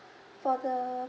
for the